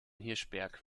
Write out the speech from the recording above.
hirschberg